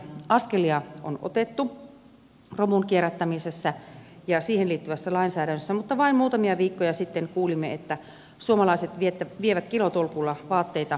askelia on otettu romun kierrättämisessä ja siihen liittyvässä lainsäädännössä mutta vain muutamia viikkoja sitten kuulimme että suomalaiset vievät kilotolkulla vaatteita kaatopaikalle